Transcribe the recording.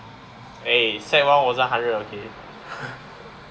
eh sec one wasn't hundred okay